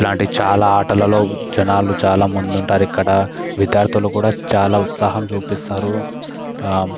ఇట్లాంటివి చాలా ఆటలలో జనాలు చాలా ముందుంటారు ఇక్కడ విద్యార్థులు కూడా చాలా ఉత్సాహం చూపిస్తారు